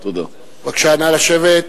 בבקשה, נא לשבת.